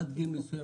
עד גיל מסוים,